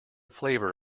flavour